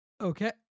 okay